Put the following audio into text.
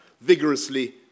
vigorously